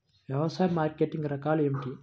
వ్యవసాయ మార్కెటింగ్ రకాలు ఏమిటి?